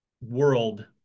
world